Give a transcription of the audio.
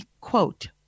quote